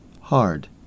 hard